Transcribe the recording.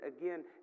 again